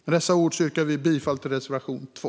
Med dessa ord yrkar jag bifall till reservation 2.